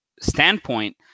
standpoint